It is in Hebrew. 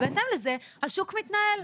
ובהתאם לזה השוק מתנהל.